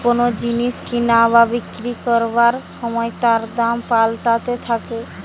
কোন জিনিস কিনা বা বিক্রি করবার সময় তার দাম পাল্টাতে থাকে